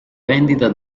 vendita